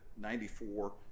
94